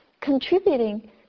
contributing